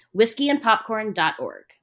whiskeyandpopcorn.org